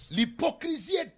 L'hypocrisie